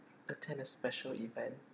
attend a special event